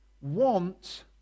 want